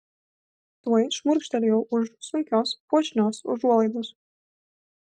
tuoj šmurkštelėjau už sunkios puošnios užuolaidos